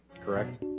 correct